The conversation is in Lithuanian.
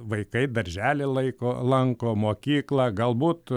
vaikai darželį laiko lanko mokyklą galbūt